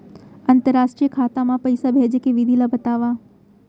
अंतरराष्ट्रीय खाता मा पइसा भेजे के विधि ला बतावव?